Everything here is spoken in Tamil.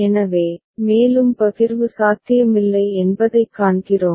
எனவே மேலும் பகிர்வு சாத்தியமில்லை என்பதைக் காண்கிறோம்